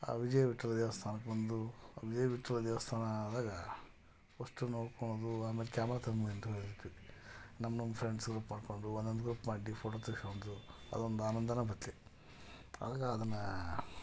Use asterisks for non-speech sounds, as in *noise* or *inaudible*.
ಆ ವಿಜಯ ವಿಠ್ಠಲ ದೇವಸ್ಥಾನಕ್ಕೆ ಬಂದು ವಿಜಯ ವಿಠ್ಠಲ ದೇವಸ್ಥಾನದಾಗೆ ಅಷ್ಟು ನೋಡಿಕೊಳ್ಳೋದು ಮತ್ತೆ ಆಮೇಲೆ *unintelligible* ಇರತ್ತೆ ರೀ ನಮ್ಮ ನಮ್ಮ ಫ್ರೆಂಡ್ಸ್ಗಳು ಕರಕೊಂಡು ಒದೊಂದು ಗ್ರೂಪ್ ಮಾಡಿ ಫೋಟೊ ತೇಗ್ಸ್ಕಂಡು ಅದೊಂದು ಆನಂದನೆ ಮತ್ತೆ ಆವಾಗ ಅದನ್ನು